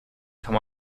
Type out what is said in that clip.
kann